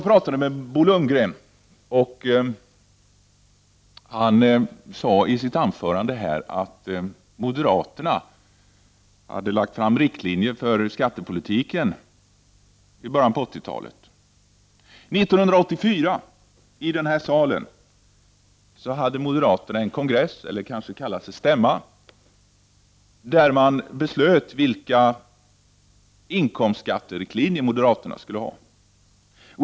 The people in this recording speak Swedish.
Bo Lundgren sade i sitt anförande här att moderaterna hade lagt fram riktlinjer för skattepolitiken i början av 1980-talet. Jag talade med Bo Lundgren och han berättade att moderaterna 1984 hade en kongress i denna sal, eller om de kallar det stämma, där man beslöt vilka riktlinjer för inkomstskatterna moderaterna skulle ha.